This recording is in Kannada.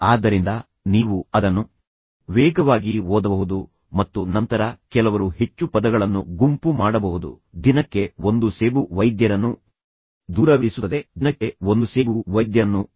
ಆದ್ದರಿಂದ ನೀವು ಅದನ್ನು ವೇಗವಾಗಿ ಓದಬಹುದು ಮತ್ತು ನಂತರ ಕೆಲವರು ಹೆಚ್ಚು ಪದಗಳನ್ನು ಗುಂಪು ಮಾಡಬಹುದು ದಿನಕ್ಕೆ ಒಂದು ಸೇಬು ವೈದ್ಯರನ್ನು ದೂರವಿರಿಸುತ್ತದೆ ದಿನಕ್ಕೆ ಒಂದು ಸೇಬು ವೈದ್ಯರನ್ನು ದೂರವಿರಿಸುತ್ತದೆ